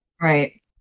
Right